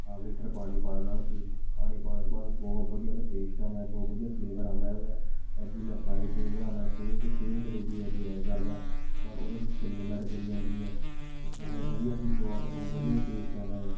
half litre ਪਾਣੀ ਪਾ ਦੇਣਾ ਉਹ 'ਚ ਪਾਣੀ ਪਾਉਣ ਤੋਂ ਬਾਅਦ ਬਹੁਤ ਵਧੀਆ ਉਹਦਾ ਟੇਸਟ ਆਉਂਦਾ ਬਹੁਤ ਵਧੀਆ ਫਲੇਵਰ ਆਉਂਦਾ ਉਹਦਾ ਇੱਦਾਂ ਮੈਂ ਸ਼ਾਹੀ ਪਨੀਰ ਬਣਾਉਂਦਾ ਸੇਮ ਟੂ ਸੇਮ ਗਰੇਵੀ ਇੱਦਾਂ ਐਡ ਕਰਦਾ ਬਟ ਉਹਦੇ ਵਿੱਚ ਕਰੀਮ ਐਡ ਕਰੀ ਜਾਂਦੀ ਆ ਅਤੇ ਬਹੁਤ ਵਧੀਆ ਹੀ ਸਵਾਦ ਬਹੁਤ ਵਧੀਆ ਹੀ ਟੇਸਟ ਆਉਂਦਾ ਆ